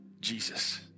Jesus